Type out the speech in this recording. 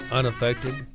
unaffected